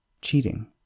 cheating